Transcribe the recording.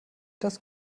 das